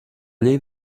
llei